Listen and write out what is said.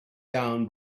down